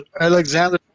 Alexander